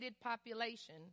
population